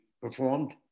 performed